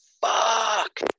fuck